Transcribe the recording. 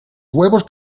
huevos